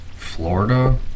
Florida